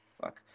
fuck